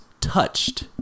touched